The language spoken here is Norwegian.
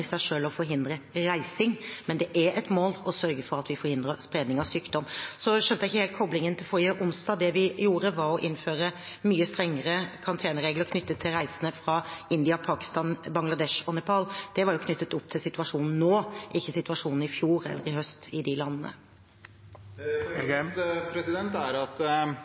et mål å sørge for at vi forhindrer spredning av sykdom. Jeg skjønte ikke helt koblingen til forrige onsdag. Det vi gjorde, var å innføre mye strengere karanteneregler knyttet til reisende fra India, Pakistan, Bangladesh og Nepal. Det var knyttet opp til situasjonen nå, ikke situasjonen i fjor, i høst, i de landene. Poenget mitt er at